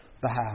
behalf